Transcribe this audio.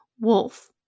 wolf